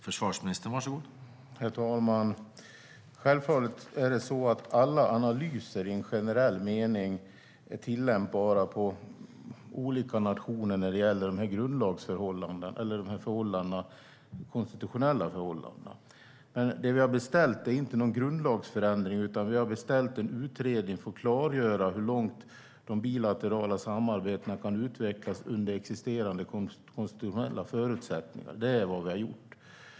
Herr talman! Självfallet är det så att alla analyser i generell mening är tillämpbara på olika nationer när det gäller de konstitutionella förhållandena. Men det vi har beställt är inte någon grundlagsförändring, utan vi har beställt en utredning för att klargöra hur långt de bilaterala samarbetena kan utvecklas under existerande konstitutionella förutsättningar. Det är vad vi har gjort.